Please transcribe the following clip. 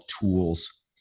tools